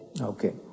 Okay